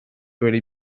böyle